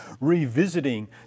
revisiting